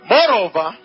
Moreover